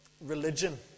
religion